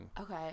Okay